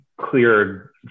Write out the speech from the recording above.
clear